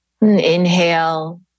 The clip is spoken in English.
inhale